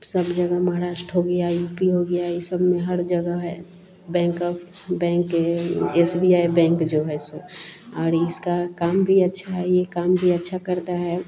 सब जगह महाराष्ट्र हो गया यू पी हो गया ई सब में हर जगह है बैंक ऑफ बैंक है ये एस बी आई बैंक जो है सो और इसका भी अच्छा है यह काम भी अच्छा करता है